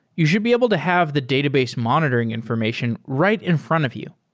you should be able to have the database monitoring information right in front of you.